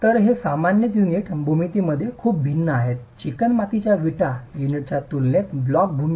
तर हे सामान्यत युनिट भूमितीमध्ये खूप भिन्न आहेत चिकणमातीच्या वीट युनिटच्या तुलनेत ब्लॉक भूमिती